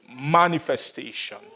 manifestation